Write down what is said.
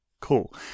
Cool